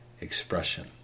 expression